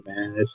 man